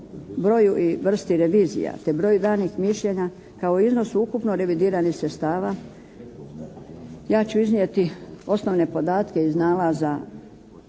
broju i vrsti revizija, te broju danih mišljenja kao iznos ukupno revidiranih sredstava ja ću iznijeti osnovne podatke iz nalaza